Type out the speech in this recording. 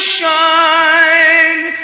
shine